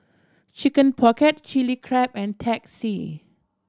Chicken Pocket Chilli Crab and Teh C